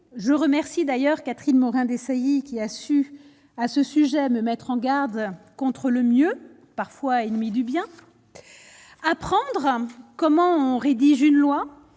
je remercie d'ailleurs Catherine Morin-Desailly qui a su à ce sujet me mettre en garde contre le mieux parfois ennemi du bien apprendre comment on rédige une loi